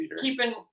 keeping